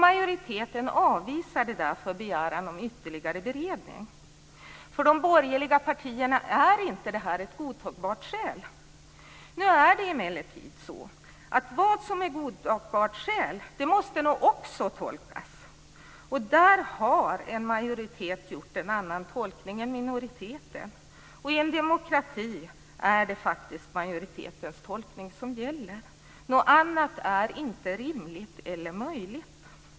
Majoriteten avvisade därför begäran om ytterligare beredning. För de borgerliga partierna är inte det här ett godtagbart skäl. Nu är det emellertid så att vad som är godtagbart skäl måste nog också tolkas. Där har majoriteten gjort en annan tolkning än minoriteten. Och i en demokrati är det faktiskt majoritetens tolkning som gäller. Något annat är inte rimligt eller möjligt.